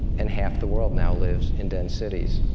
and half the world now lives in dense cities.